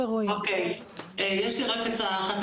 יש לי הצעה אחת.